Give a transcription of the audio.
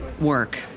work